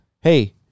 Hey